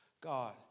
God